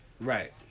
Right